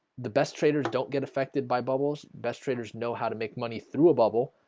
the best traders don't get affected by bubbles best traders know how to make money through a bubble